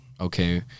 okay